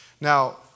Now